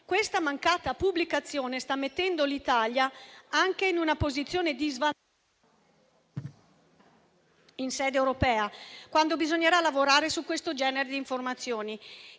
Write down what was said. Questa mancata pubblicazione sta mettendo l'Italia anche in una posizione di svantaggio in sede europea, quando bisognerà lavorare su questo genere di informazioni.